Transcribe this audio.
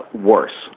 worse